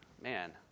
man